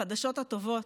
החדשות הטובות,